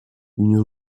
une